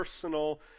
Personal